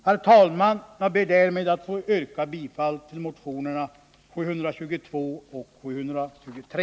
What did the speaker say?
Herr talman! Jag ber därmed att få yrka bifall till motionerna 722 och 123;